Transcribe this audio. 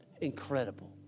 incredible